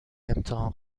امتحان